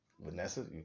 Vanessa